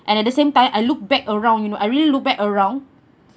and at the same time I look back around you know I really look back around